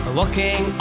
walking